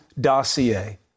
dossier